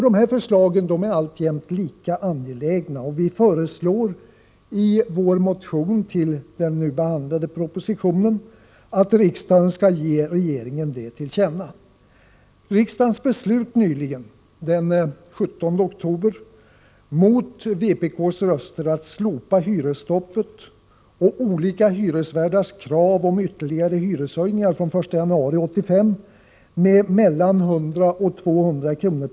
Dessa förslag är alltjämt lika angelägna, och vi föreslår i en motion med anledning av den nu behandlade propositionen att riksdagen skall ge regeringen detta till känna. Riksdagens beslut nyligen, den 17 oktober — mot vpk:s röster — att slopa hyresstoppet och olika hyresvärdars krav på ytterligare hyreshöjningar från 1 januari 1985 med mellan 100 och 200 kr.